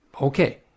okay